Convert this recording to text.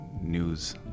news